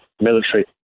military